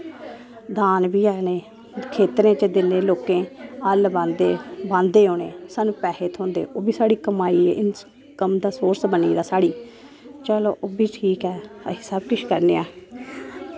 दांद बी हैन नै खेत्तरें च दिन्ने लोकेंई हल्ल बाह्ंदे बाहंदे उनें ई स्हानू पैसे थ्होंदे ओह् बी साढ़ी कमाई ऐ इंकम दा सोर्स बनी दा साढ़ी चलो ओह्बी ठीक ऐ अस सब किश करने आं